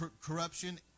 corruption